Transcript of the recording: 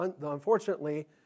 Unfortunately